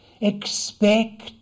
expect